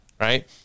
Right